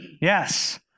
Yes